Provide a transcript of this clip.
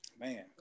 man